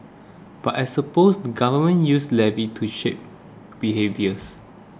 but I suppose the government uses levies to shape behaviours